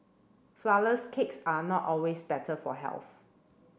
flourless cakes are not always better for health